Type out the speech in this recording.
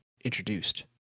introduced